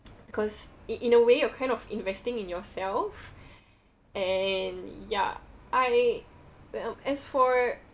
because in in a way you're kind of investing in yourself and ya I uh as for